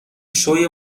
شوی